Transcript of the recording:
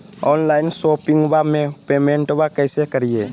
Online शोपिंगबा में पेमेंटबा कैसे करिए?